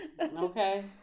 Okay